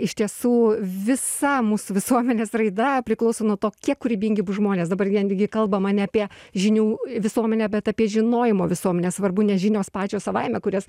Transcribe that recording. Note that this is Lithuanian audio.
iš tiesų visa mūsų visuomenės raida priklauso nuo to kiek kūrybingi bus žmonės dabar vien gi kalbama ne apie žinių visuomenę bet apie žinojimo visuomenę svarbu ne žinios pačios savaime kurias